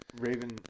Raven